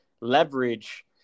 leverage